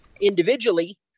individually